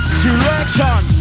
selection